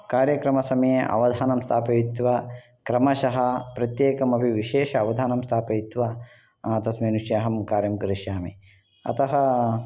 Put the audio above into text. कार्यक्रमसमये अवधानं स्थापयित्वा क्रमशः प्रत्येकमपि विशेष अवधानं स्थापयित्वा तस्मिन् विषये कार्यं करिष्यामि अतः